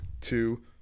two